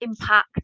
impact